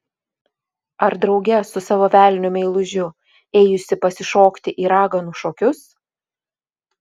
ar drauge su savo velniu meilužiu ėjusi pasišokti į raganų šokius